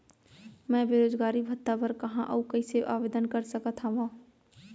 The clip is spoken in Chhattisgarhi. मैं बेरोजगारी भत्ता बर कहाँ अऊ कइसे आवेदन कर सकत हओं?